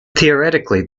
theoretically